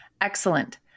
Excellent